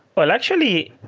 well, actually,